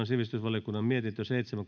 sivistysvaliokunnan mietintö seitsemän